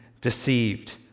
deceived